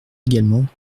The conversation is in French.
également